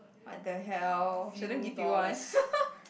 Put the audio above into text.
!what the hell! shouldn't give you one